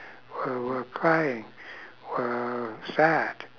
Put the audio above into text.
who were crying were sad